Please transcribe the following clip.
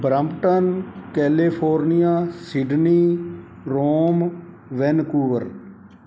Brampton California Sydney Rome Vancouver